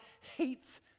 hates